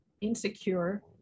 insecure